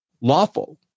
lawful